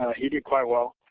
he did quite well.